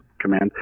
command